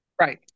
right